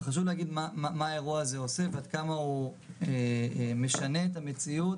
וחשוב להגיד מה האירוע הזה עושה ועד כמה הוא משנה את המציאות.